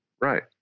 right